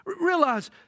Realize